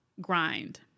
grind